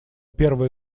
первая